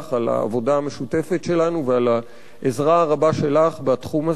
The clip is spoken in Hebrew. העבודה המשותפת שלנו ועל העזרה הרבה שלך בתחום הזה.